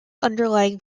underlying